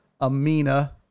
Amina